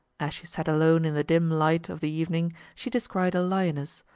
as she sat alone in the dim light of the evening she descried a lioness,